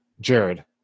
Jared